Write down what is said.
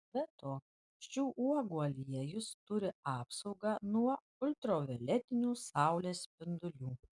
be to šių uogų aliejus turi apsaugą nuo ultravioletinių saulės spindulių